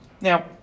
Now